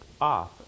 off